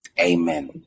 Amen